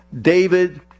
David